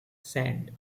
sand